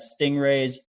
stingrays